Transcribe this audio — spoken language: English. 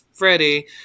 Freddie